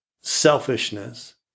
Selfishness